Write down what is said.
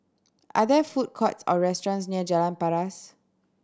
are there food courts or restaurants near Jalan Paras